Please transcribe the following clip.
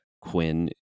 Quinn